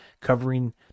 covering